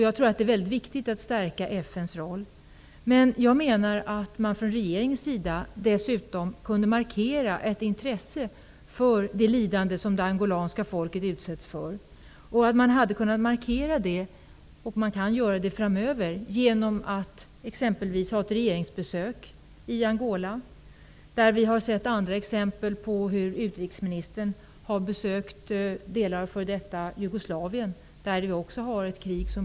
Jag tror att det är väldigt viktigt att stärka FN:s roll, men jag menar att man från regeringens sida dessutom kunde markera ett intresse för det lidande som det angolanska folket utsätts för. Man kan framöver markera det genom att exempelvis göra ett regeringsbesök i Angola. Vi har sett andra exempel på hur utrikesministern har gjort besök i delar av f.d. Jugoslavien, där det också pågår ett krig.